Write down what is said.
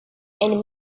and